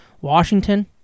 Washington